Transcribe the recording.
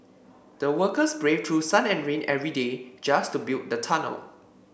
the workers braved through sun and rain every day just to build the tunnel